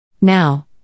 Now